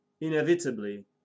inevitably